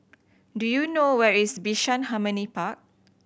do you know where is Bishan Harmony Park